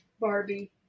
Barbie